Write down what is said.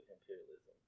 Imperialism